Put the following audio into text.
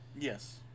Yes